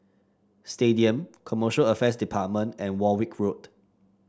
Stadium Commercial Affairs Department and Warwick Road